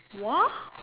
!wah!